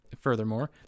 Furthermore